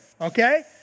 okay